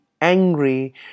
angry